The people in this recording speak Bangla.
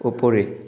ওপরে